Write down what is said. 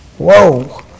whoa